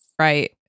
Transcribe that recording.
right